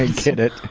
i get it.